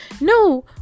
no